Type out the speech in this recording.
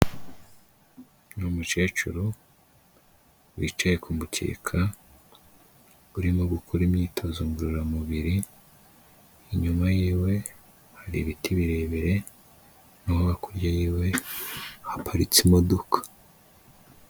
Ni umucecuru wicaye ku mukeka urimo gukora imyitozo ngororamubiri, inyuma yiwe hari ibiti birebire, naho hakurya yiwe haparitse imodoka.